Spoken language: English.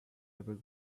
every